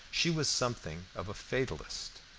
she was something of a fatalist.